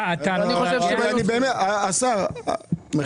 אני באמת, השר, מחילה.